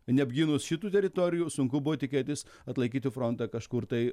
neapgynus šitų teritorijų sunku buvo tikėtis atlaikyti frontą kažkur tai